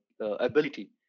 ability